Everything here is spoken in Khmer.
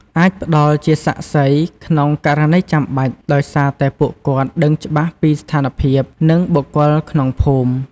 អាចផ្តល់ជាសាក្សីក្នុងករណីចាំបាច់ដោយសារតែពួកគាត់ដឹងច្បាស់ពីស្ថានភាពនិងបុគ្គលក្នុងភូមិ។